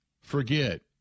forget